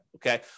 Okay